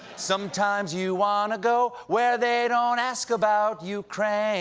sometimes you wanna go where they don't ask about ukraine